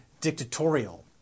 dictatorial